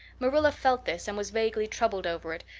marilla felt this and was vaguely troubled over it,